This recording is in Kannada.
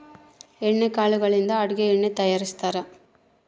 ಎಣ್ಣೆ ಕಾಳುಗಳಿಂದ ಅಡುಗೆ ಎಣ್ಣೆ ತಯಾರಿಸ್ತಾರಾ